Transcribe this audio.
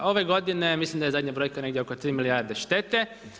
Ove godine ja mislim da je zadnja brojka negdje oko 3 milijarde štete.